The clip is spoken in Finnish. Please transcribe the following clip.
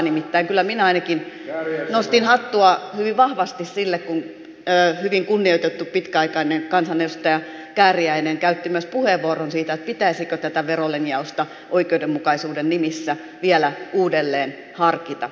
nimittäin kyllä minä ainakin nostin hattua hyvin vahvasti sille kun hyvin kunnioitettu pitkäaikainen kansanedustaja kääriäinen käytti myös puheenvuoron siitä pitäisikö tätä verolinjausta oikeudenmukaisuuden nimessä vielä uudelleen harkita